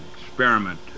experiment